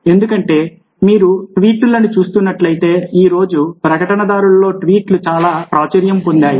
ఎందుకంటే మీరు ట్వీట్లను చూస్తున్నట్లయితే ఈ రోజుల్లో ప్రకటనదారులలో ట్వీట్లు బాగా ప్రాచుర్యం పొందాయి